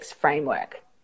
framework